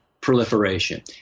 proliferation